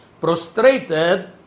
prostrated